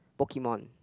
Pokemon